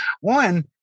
One